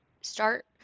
start